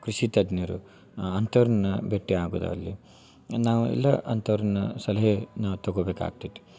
ಕೃಷಿ ತಜ್ಞರು ಅಂಥವ್ರ್ನ ಭೇಟಿ ಆಗೋದು ಅಲ್ಲಿ ನಾವು ಎಲ್ಲ ಅಂಥವ್ರ್ನ ಸಲಹೇನ ತಗೊಬೇಕಾಗ್ತೈತಿ